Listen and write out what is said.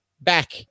back